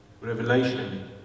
revelation